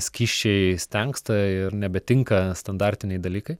skysčiai stengsta ir nebetinka standartiniai dalykai